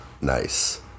Nice